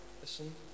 Listen